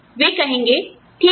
वे कहेंगे ठीक है